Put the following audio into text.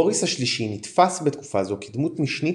בוריס השלישי נתפש בתקופה זו כדמות משנית